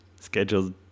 scheduled